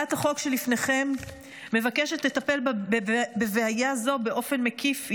הצעת החוק שלפניכם מבקשת לטפל בבעיה זו באופן מקיף,